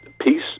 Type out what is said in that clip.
peace